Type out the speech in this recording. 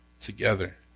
together